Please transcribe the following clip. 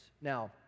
Now